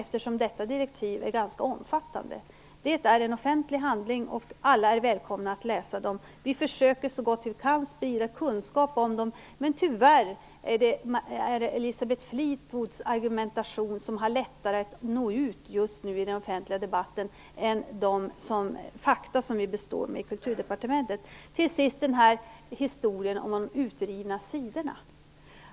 Dessa direktiv är också ganska omfattande. De är offentlig handling, och alla är välkomna att läsa dem. Vi försöker så gott vi kan att sprida kunskap om dem. Tyvärr är det just nu lättare att nå ut i den offentliga debatten med Elisabeth Fleetwoods argumentation än med de fakta som vi består med i Kulturdepartementet. Till sist frågade Elisabeth Fleetwood om de urrivna sidorna.